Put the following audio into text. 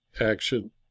action